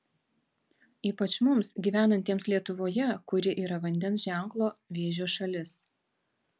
ypač mums gyvenantiems lietuvoje kuri yra vandens ženklo vėžio šalis